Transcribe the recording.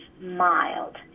mild